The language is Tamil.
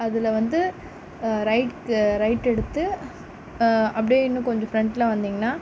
அதில் வந்து ரைட் ரைட் எடுத்து அப்படே இன்னும் கொஞ்சம் ஃப்ரெண்ட்டில் வந்திங்கன்னா